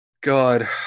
God